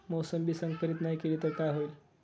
मोसंबी संकरित नाही केली तर काय होईल?